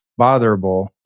botherable